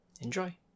Enjoy